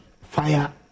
fire